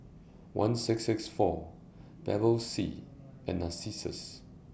one six six four Bevy C and Narcissus